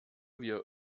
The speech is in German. wir